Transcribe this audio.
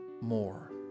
more